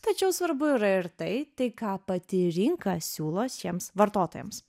tačiau svarbu yra ir tai tai ką pati rinka siūlo šiems vartotojams